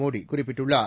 மோடி குறிப்பிட்டுள்ளார்